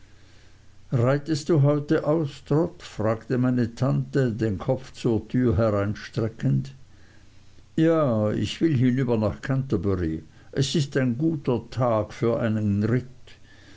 reitest du heute aus trot fragte meine tante den kopf zur türe hereinsteckend ja ich will hinüber nach canterbury es ist ein guter tag für einen